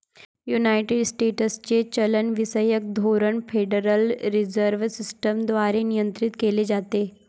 United स्टेट्सचे चलनविषयक धोरण फेडरल रिझर्व्ह सिस्टम द्वारे नियंत्रित केले जाते